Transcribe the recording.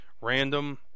random